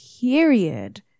period